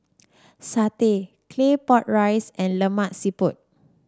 satay Claypot Rice and Lemak Siput